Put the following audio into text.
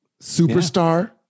Superstar